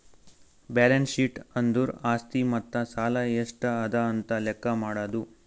balance sheet ಅಂದುರ್ ಆಸ್ತಿ ಮತ್ತ ಸಾಲ ಎಷ್ಟ ಅದಾ ಅಂತ್ ಲೆಕ್ಕಾ ಮಾಡದು